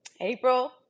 April